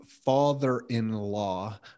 Father-in-law